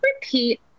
repeat